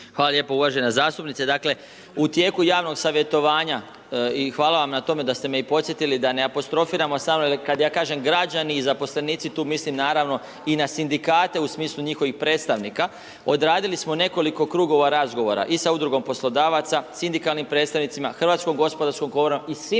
Hvala lijepo uvažena zastupnice. Dakle, u tijeku javnog savjetovanja i hvala vam na tome da ste me i podsjetili, da ne apostrofiram, kada ja kažem građani i zaposlenici, tu mislim naravno i na sindikate, u smislu njihovih predstavnika. Odradili smo nekoliko krugova razgovora i sa udrugom poslodavaca, sindikalnim predstavnicima, HGK i svima koji su